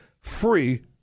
free